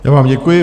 Já vám děkuji.